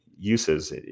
uses